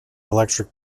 electric